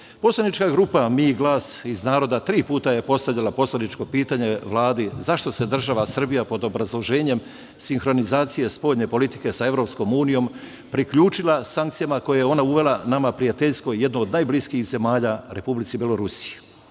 Poslanička grupa MI - Glas iz naroda, tri puta je postavljala poslaničko pitanje Vladi zašto se država Srbija pod obrazloženjem sinhronizacije spoljne politike sa EU priključila sankcijama koje je ona uvela nama prijateljskoj, jednoj od najbliskijih zemalja, Republici Belorusiji?